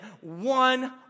One